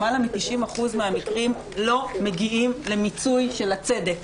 למעלה מ-90% מהמקרים לא מגיעים למיצוי של הצדק.